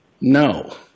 No